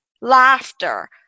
laughter